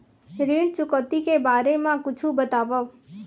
ऋण चुकौती के बारे मा कुछु बतावव?